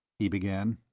he began.